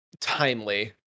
Timely